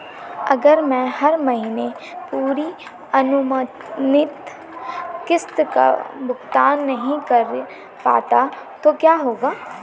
अगर मैं हर महीने पूरी अनुमानित किश्त का भुगतान नहीं कर पाता तो क्या होगा?